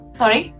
sorry